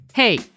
Hey